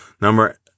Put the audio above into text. Number